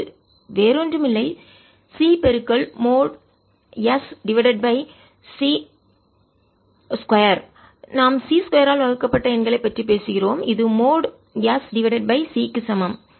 இது வேறு ஒன்றுமில்லை C mod S divided by c 2 நாம் c 2 ஆல் வகுக்கப்பட்ட எண்களைப் பற்றி பேசுகிறோம் இது mod S divided by c க்கு சமம்